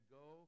go